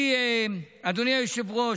אדוני היושב-ראש,